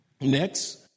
Next